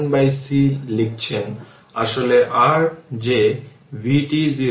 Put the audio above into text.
সুতরাং পরবর্তীতে সেই v q কে c দ্বারা নিন জেনে রাখুন যে q c v